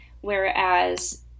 whereas